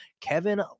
kevin